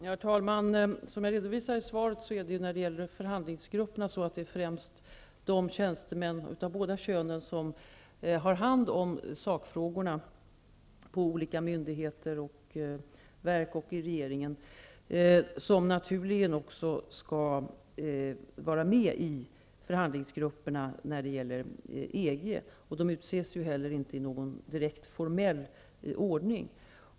Herr talman! Som jag redovisat i svaret är det främst de tjänstemän av båda könen som på olika myndigheter och verk och i regeringen har hand om sakfrågorna som naturligen skall vara med i förhandlingsgrupperna när det gäller EG. De utses inte heller i någon direkt formell ordning.